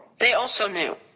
they also knew.